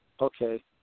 okay